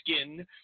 skin